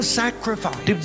sacrifice